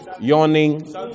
yawning